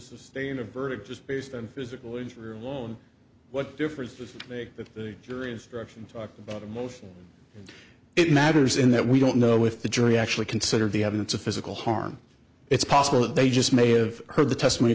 sustain a verdict just based on physical injury alone what difference does it make that the jury instruction talked about the most it matters in that we don't know if the jury actually considered the evidence of physical harm it's possible that they just may have heard the testimony